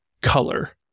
color